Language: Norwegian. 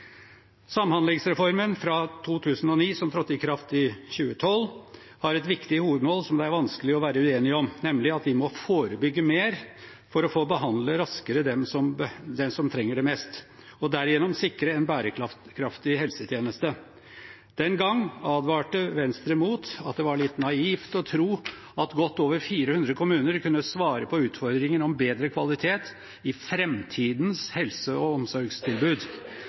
Samhandlingsreformen fra 2009, som trådte i kraft i 2012, har et viktig hovedmål som det er vanskelig å være uenig om, nemlig at vi må forebygge mer for å behandle raskere dem som trenger det mest – og derigjennom sikre en bærekraftig helsetjeneste. Den gang advarte Venstre mot at det var litt naivt å tro at godt over 400 kommuner kunne svare på utfordringen om bedre kvalitet i framtidens helse- og omsorgstilbud.